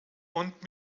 und